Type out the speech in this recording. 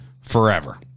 forever